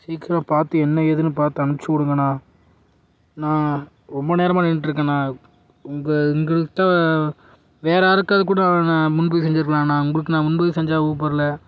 சீக்கிரம் பார்த்து என்ன ஏதுன்னு பார்த்து அனுப்ச்சூடுங்கண்ணா நான் ரொம்ப நேரமாக நின்றுட்ருக்கண்ணா உங்கள் உங்கள்கிட்ட வேறு யாருக்காவது கூட நான் முன்பதிவு செஞ்சுருக்கலாண்ணா உங்களுக்கு நான் முன்பதிவு செஞ்ச ஊபரில்